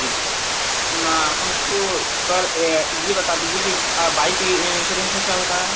जी sir हमको sir ये ये बता दीजिए कि बाइक के इंस्योरेंस में क्या होता है